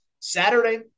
Saturday